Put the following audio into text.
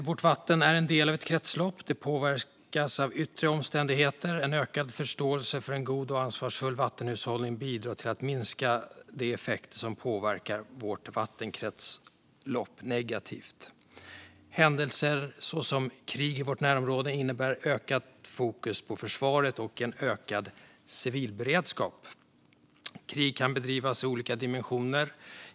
Vårt vatten är en del av ett kretslopp; det påverkas av yttre omständigheter. Ökad förståelse för god och ansvarsfull vattenhushållning bidrar till att minska de effekter som påverkar vårt vattenkretslopp negativt. Händelser såsom krig i vårt närområde innebär ökat fokus på försvaret och ökad civilberedskap. Krig kan bedrivas i olika dimensioner.